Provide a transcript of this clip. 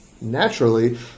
naturally